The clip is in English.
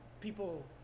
people